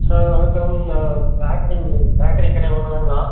sir வணக்கம் நான் பேக்ரிங்கு பேக்கரி கடை ஓனருங்களா